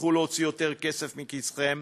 תצטרכו להוציא יותר כסף מכיסכם,